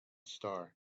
star